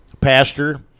pastor